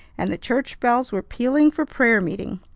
and the church bells were pealing for prayer meeting.